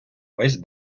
весь